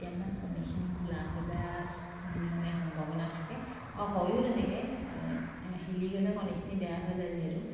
এতিয়া মানে কণীখিনি ঘোলা হৈ যায় সম মানে সম্ভাৱনা থাকে আৰু হয়ো তেনেকে হিলি গ'লে কণীখিনি বেয়া হৈ যায় যিহেতু